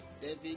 David